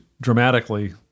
dramatically